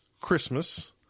Christmas